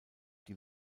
die